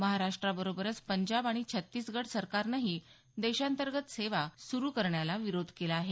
महाराष्ट्राबरोबरच पंजाब आणि छत्तीसगड सरकारनंही देशांतर्गत विमानसेवा सुरू करण्याला विरोध केला आहे